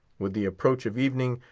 with the approach of evening,